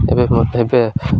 ଏବେ ମୋତେ ଏବେ